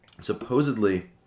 Supposedly